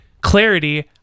clarity